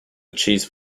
cheese